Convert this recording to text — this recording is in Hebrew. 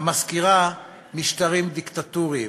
המזכירה משטרים דיקטטוריים.